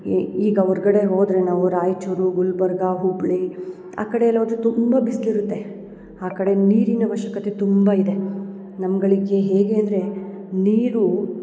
ಈ ಈಗ ಹೊರ್ಗಡೆ ಹೋದರೆ ನಾವು ರಾಯ್ಚೂರು ಗುಲ್ಬರ್ಗ ಹುಬ್ಳಿ ಆ ಕಡೆ ಎಲ್ಲ ಹೋದರೆ ತುಂಬ ಬಿಸ್ಲು ಇರುತ್ತೆ ಆ ಕಡೆ ನೀರಿನ ಆವಶ್ಯಕತೆ ತುಂಬ ಇದೆ ನಮ್ಗಳಿಗೆ ಹೇಗೆ ಅಂದರೆ ನೀರು